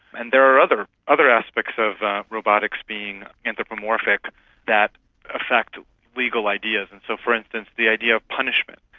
and there are other other aspects of robotics being anthropomorphic that affect legal ideas. and so, for instance, the idea of punishment.